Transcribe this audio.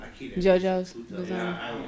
JoJo's